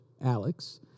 Alex